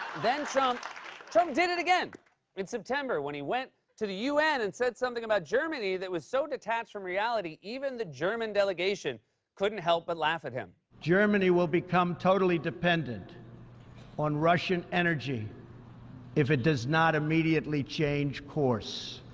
then trump trump did it again in september when he went to the u n. and said something about germany that was so detached from reality, even the german delegation couldn't help but laugh at him. germany will become totally dependent on russian energy if it does not immediately change course.